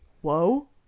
whoa